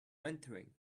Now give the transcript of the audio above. entering